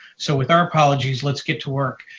so with our apologies, let's get to work.